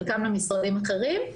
חלקם למשרדים אחרים.